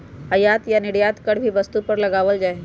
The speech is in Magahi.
आयात या निर्यात कर भी वस्तु पर लगावल जा हई